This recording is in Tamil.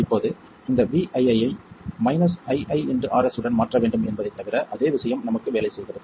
இப்போது இந்த vi ஐ iiRs உடன் மாற்ற வேண்டும் என்பதைத் தவிர அதே விஷயம் நமக்கு வேலை செய்கிறது